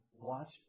watch